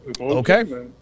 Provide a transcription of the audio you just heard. Okay